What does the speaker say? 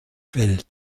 fällt